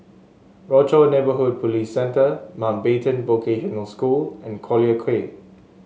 Rochor Neighborhood Police Centre Mountbatten Vocational School and Collyer Quay